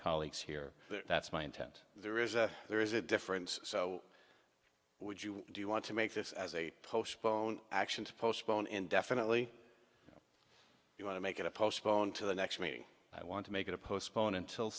colleagues here that's my intent there is a there is a difference so would you do you want to make this as a postpone action to postpone indefinitely you want to make it a postponed to the next me i want to make it to postpone until